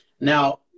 Now